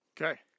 Okay